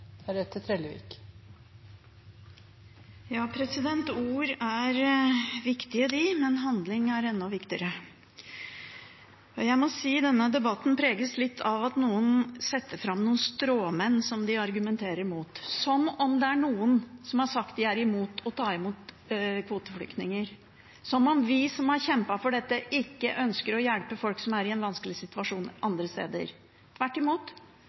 Ord er viktige, men handling er enda viktigere. Jeg må si at denne debatten preges litt av at noen setter fram stråmenn som de argumenterer mot – som om det er noen som har sagt at de er imot å ta imot kvoteflyktninger, som om vi som har kjempet for dette, ikke ønsker å hjelpe folk som er i en vanskelig situasjon andre steder. Tvert imot